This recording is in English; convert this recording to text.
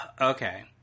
Okay